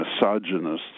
misogynists